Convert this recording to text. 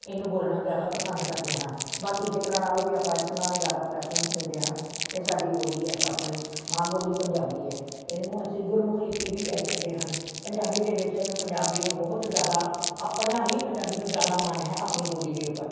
ਇਹਨੂੰ ਬੋਲਣਾ ਜ਼ਿਆਦਾ ਪਸੰਦ ਕਰਦੇ ਹਾਂ ਬਾਕੀ ਖੇਤਰਾਂ ਨਾਲੋਂ ਵੀ ਆਪਾਂ ਇਸਨੂੰ ਜ਼ਿਆਦਾ ਪ੍ਰੈਫਰੈਂਸ ਦਿੰਦੇ ਹਨ ਇਹ ਸਾਡੀ ਬੋਲੀ ਹੈ ਆਪਣੀ ਮਾਂ ਬੋਲੀ ਪੰਜਾਬੀ ਐ ਇਹਨੂੰ ਅਸੀਂ ਗੁਰਮੁਖੀ ਲਿਪੀ ਵੀ ਕਹਿ ਸਕਦੇ ਹਨ ਪੰਜਾਬੀ ਦੇ ਵਿੱਚ ਇਹਨੂੰ ਪੰਜਾਬੀ ਨੂੰ ਬਹੁਤ ਜ਼ਿਆਦਾ ਆਪਣਾ ਹੀ ਪੰਜਾਬੀ ਨੂੰ ਜ਼ਿਆਦਾ ਮਾਣ ਹੈ ਆਪਣੀ ਬੋਲੀ ਦੇ ਉੱਪਰ